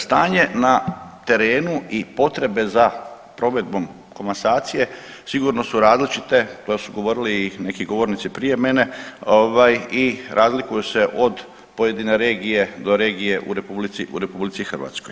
Stanje na terenu i potrebe za provedbom komasacije sigurno su različite, to su govorili i neki govornici prije mene ovaj i razliku se od pojedine regije do regije u RH.